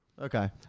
Okay